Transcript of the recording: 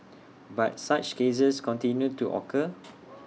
but such cases continue to occur